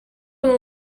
been